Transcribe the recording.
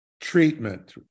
treatment